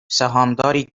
سهامداری